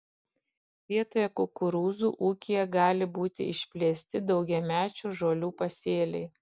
vietoje kukurūzų ūkyje gali būti išplėsti daugiamečių žolių pasėliai